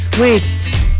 wait